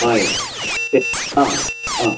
ꯍꯣꯏ ꯑꯥ ꯑꯥ